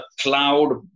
cloud